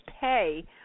pay